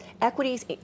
equities